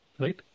Right